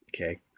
Okay